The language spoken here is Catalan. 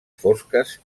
fosques